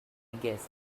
guess